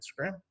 Instagram